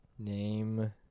Name